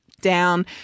down